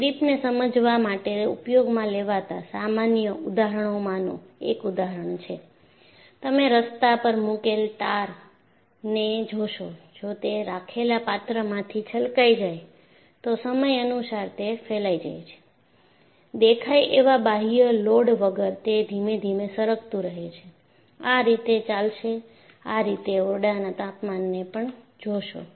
ક્રિપને સમજાવવા માટે ઉપયોગમાં લેવાતા સામાન્ય ઉદાહરણોમાંનું એક ઉદાહરણ છે તમે રસ્તા પર મુકેલ ટારને જોશો જો તે રાખેલા પાત્રમાંથી છલકાય જાય તો સમય અનુસાર તે ફેલાય જાય છે દેખાય એવા બાહ્ય લોડ વગર તે ધીમે ધીમે સરકતું રહે છે આ રીતે ચાલશે આ રીતે ઓરડાના તાપમાને પણ જોશો